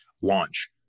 launch